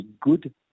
good